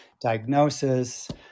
diagnosis